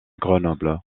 grenoble